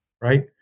right